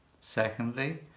secondly